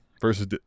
versus